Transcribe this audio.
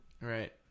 Right